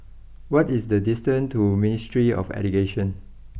what is the distance to Ministry of Education